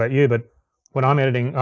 ah you, but when i'm editing,